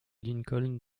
lincoln